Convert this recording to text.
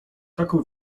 taką